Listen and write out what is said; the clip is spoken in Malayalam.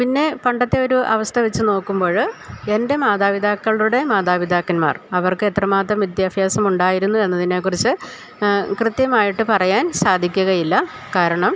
പിന്നെ പണ്ടത്തെ ഒരു അവസ്ഥ വച്ചുനോക്കുമ്പോള് എൻ്റെ മാതാപിതാക്കളുടെ മാതാപിതാക്കന്മാർ അവർക്കെത്രമാത്രം വിദ്യാഭ്യാസമുണ്ടായിരുന്നു എന്നതിനെ കുറിച്ച് കൃത്യമായിട്ട് പറയാൻ സാധിക്കുകയില്ല കാരണം